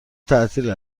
تعطیل